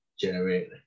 generate